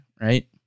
Right